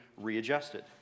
readjusted